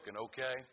okay